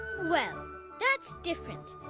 well! that's different.